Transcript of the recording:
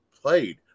played